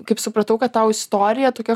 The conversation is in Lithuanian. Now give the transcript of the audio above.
kaip supratau kad tau istorija tokia